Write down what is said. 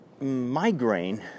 migraine